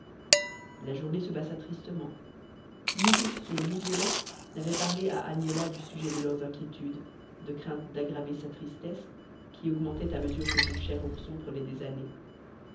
la journée se passa tristement ni ourson ni violette n'avaient parlé à agnella du sujet de leurs inquiétudes de crainte d'aggraver sa tristesse qui augmentait à mesure que son cher ourson prenait des années